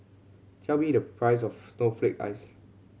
tell me the price of snowflake ice